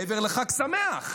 מעבר לחג שמח.